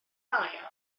mae